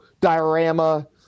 diorama